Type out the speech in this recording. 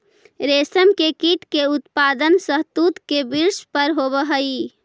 रेशम के कीट के उत्पादन शहतूत के वृक्ष पर होवऽ हई